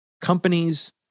companies